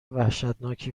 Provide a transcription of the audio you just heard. وحشتناکی